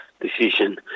decision